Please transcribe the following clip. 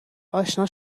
آشنا